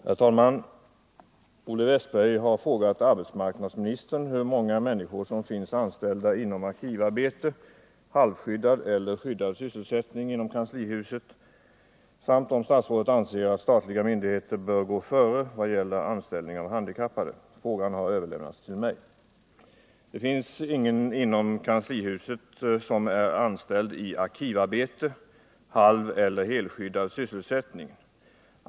Herr talman! Olle Wästberg i Stockholm har frågat arbetsmarknadsministern hur många människor som finns anställda i arkivarbete, halvskyddad eller skyddad sysselsättning inom kanslihuset samt om statsrådet anser att statliga myndigheter bör gå före i vad gäller anställning av handikappade. Frågan har överlämnats till mig. Det finns ingen inom kanslihuset som är anställd i arkivarbete, halveller helskyddad sysselsättning.